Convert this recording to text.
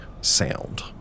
sound